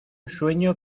sueño